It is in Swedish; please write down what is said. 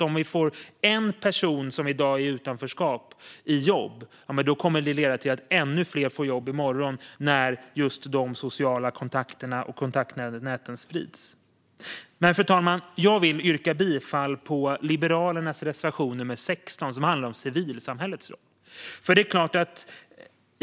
Om vi får en person som i dag är i utanförskap i jobb kommer det att leda till att ännu fler får jobb i morgon när just de sociala kontakterna och kontaktnäten sprids. Fru talman! Jag vill yrka bifall till Liberalernas reservation nr 16, som handlar om civilsamhällets roll.